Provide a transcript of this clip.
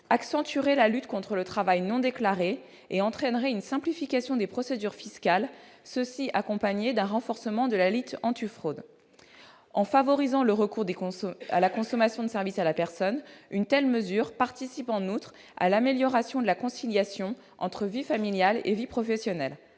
accentuerait la lutte contre le travail non déclaré, et entraînerait une simplification des procédures fiscales, le tout accompagné d'un renforcement de la lutte antifraude. En favorisant le recours à la consommation de services à la personne, une telle mesure participe en outre de l'amélioration de la conciliation entre la vie familiale et la vie professionnelle.